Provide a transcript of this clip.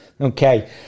Okay